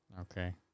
Okay